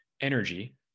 energy